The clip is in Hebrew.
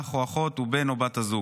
אח או אחות או בן או בת הזוג.